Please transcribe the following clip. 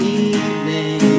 evening